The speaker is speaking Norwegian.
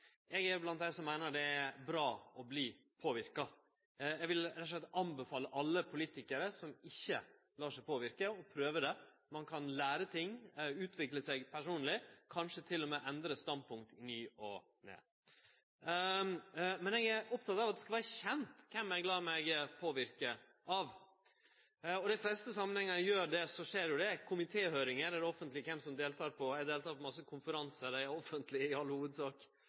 eg er blant dei som meiner det er bra å verte påverka. Eg vil rett og slett anbefale alle politikarar som ikkje lèt seg påverke, å prøve det. Ein kan lære ting, utvikle seg personleg, kanskje til og med endre standpunkt i ny og ne. Eg er oppteken av at det skal vere kjent kven eg lèt meg påverke av. I dei fleste samanhengar skjer det i komitéhøyringar, der det er offentleg kven som deltek, og eg deltek på masse konferansar som i alle hovudsak er offentlege. Kva eg les, er ikkje offentleg